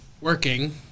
working